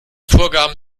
vorgaben